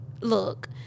look